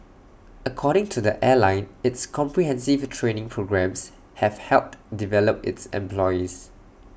according to the airline its comprehensive training programmes have helped develop its employees